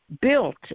built